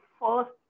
first